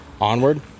Onward